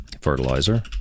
fertilizer